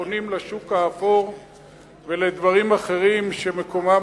פונים לשוק האפור ולדברים אחרים שמקומם